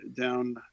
down